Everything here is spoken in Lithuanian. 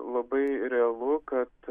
labai realu kad